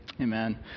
Amen